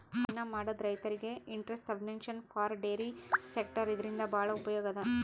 ಹೈನಾ ಮಾಡದ್ ರೈತರಿಗ್ interest subvention for dairy sector ಇದರಿಂದ್ ಭಾಳ್ ಉಪಯೋಗ್ ಅದಾ